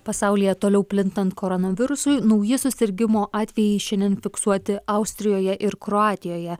pasaulyje toliau plintant koronavirusui nauji susirgimo atvejai šiandien fiksuoti austrijoje ir kroatijoje